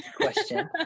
question